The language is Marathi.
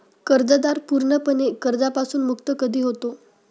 कर्जदार पूर्णपणे कर्जापासून मुक्त कधी होतो?